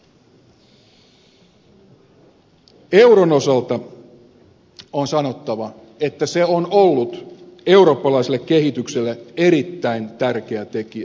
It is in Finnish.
euron osalta on sanottava että se on ollut eurooppalaiselle kehitykselle erittäin tärkeä tekijä